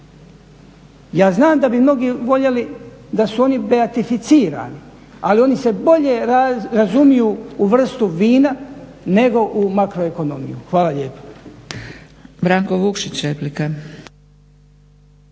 Ja znam da bi mnogi voljeli da su oni beatificirani, ali oni se bolje razumiju u vrstu vina nego u makroekonomiju. Hvala lijepa.